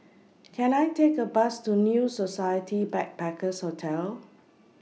Can I Take A Bus to New Society Backpackers' Hotel